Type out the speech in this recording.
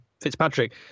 Fitzpatrick